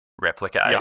replicate